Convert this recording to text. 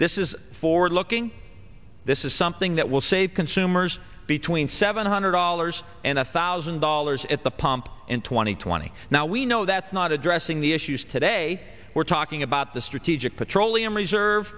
this is forward looking this is something that will save consumers between seven hundred dollars and one thousand dollars at the pump in two thousand and twenty now we know that's not addressing the issues today we're talking about the strategic petroleum reserve